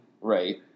Right